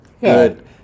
good